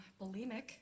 bulimic